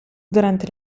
durante